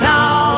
Now